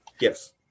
yes